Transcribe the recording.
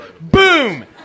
Boom